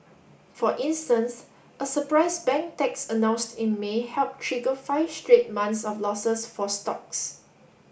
for instance a surprise bank tax announced in May help trigger five straight months of losses for stocks